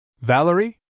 Valerie